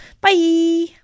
bye